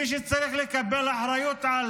מי שצריך לקבל אחריות על